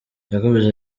yakomeje